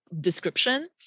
description